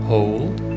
Hold